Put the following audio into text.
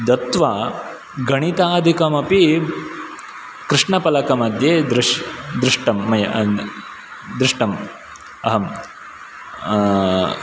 दत्वा गणितादिकमपि कृष्णफलकमध्ये दृश् दृष्टं मया दृष्टं अहं